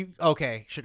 okay